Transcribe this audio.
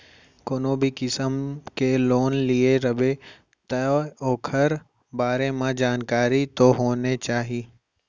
कोनो भी किसम के लोन लिये रबे तौ ओकर बारे म जानकारी तो होने चाही